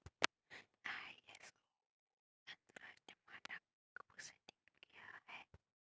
ISO एक अंतरराष्ट्रीय मानक सेटिंग निकाय है